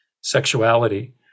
sexuality